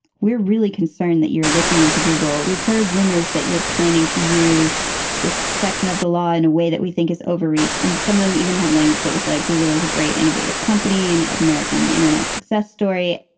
we're really concerned that you're looking into google. we've heard rumors that you're planning to use this section of the law in a way that we think is overreach. and some of them even had language that was like google is a great innovative company and american internet success story.